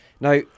Now